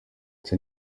ese